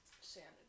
sanity